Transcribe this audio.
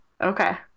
Okay